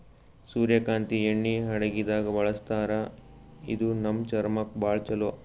ಸೂರ್ಯಕಾಂತಿ ಎಣ್ಣಿ ಅಡಗಿದಾಗ್ ಬಳಸ್ತಾರ ಇದು ನಮ್ ಚರ್ಮಕ್ಕ್ ಭಾಳ್ ಛಲೋ